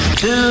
Two